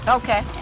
okay